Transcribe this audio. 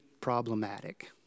problematic